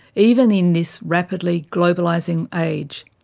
even in this rapidly globalizing age,